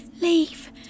Leave